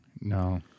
No